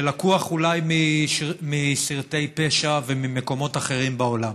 שלקוח אולי מסרטי פשע וממקומות אחרים בעולם.